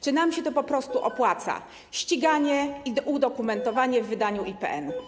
Czy nam się to po prostu opłaca: ściganie i dokumentowanie w wydaniu IPN?